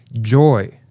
joy